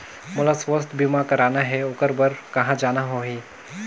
मोला स्वास्थ बीमा कराना हे ओकर बार कहा जाना होही?